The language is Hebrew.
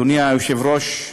אדוני היושב-ראש,